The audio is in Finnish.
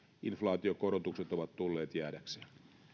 inflaatiokorotukset ovat tulleet jäädäkseen